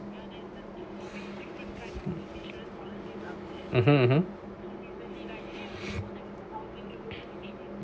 mmhmm